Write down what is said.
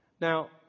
Now